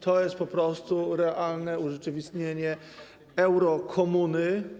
To jest po prostu realne urzeczywistnienie eurokomuny.